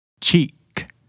Cheek